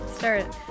start